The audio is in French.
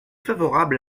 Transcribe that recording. favorable